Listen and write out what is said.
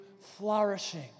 flourishing